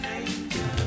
angel